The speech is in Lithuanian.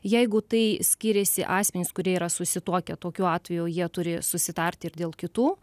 jeigu tai skiriasi asmenys kurie yra susituokę tokiu atveju jie turi susitarti ir dėl kitų